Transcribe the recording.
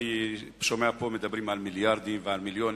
אני שומע פה שמדברים על מיליארדים ומיליונים.